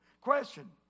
Question